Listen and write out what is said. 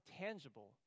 tangible